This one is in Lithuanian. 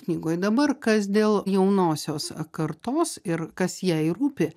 knygoj dabar kas dėl jaunosios kartos ir kas jai rūpi